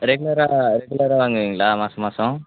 ரெகுலராக ரெகுலராக வாங்குவீங்களா மாத மாதம்